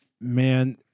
Man